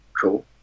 Cool